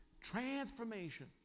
transformation